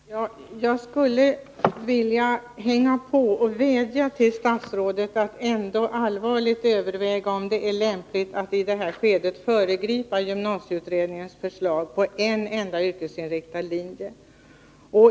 Herr talman! Jag skulle vilja hänga på där och vädja till statsrådet att allvarligt överväga om det ändå är lämpligt att i det här skedet föregripa gymnasieutredningens förslag när det gäller en enda yrkesinriktad linje.